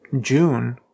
June